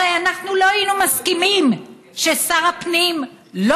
הרי אנחנו לא היינו מסכימים ששר הפנים לא